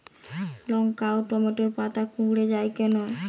লঙ্কা ও টমেটোর পাতা কুঁকড়ে য়ায় কেন?